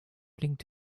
blinkt